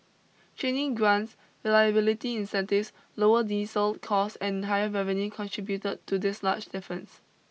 training grants reliability incentives lower diesel costs and higher revenue contributed to this large difference